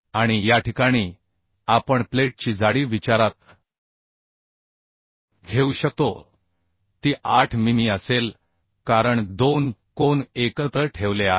आणि याठिकाणी आपण प्लेटची जाडी विचारात घेऊ शकतो ती 8 मिमी असेल कारण 2 कोन एकत्र ठेवले आहेत